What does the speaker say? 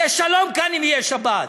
יהיה שלום כאן אם תהיה שבת.